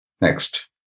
Next